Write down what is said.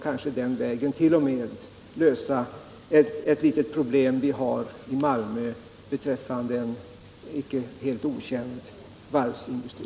Kanske vi den vägen t.o.m. skulle kunna lösa det problem som vi har i Malmö beträffande en icke helt okänd varvsindustri.